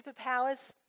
superpowers